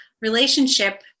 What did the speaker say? relationship